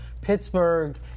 Pittsburgh